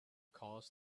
caused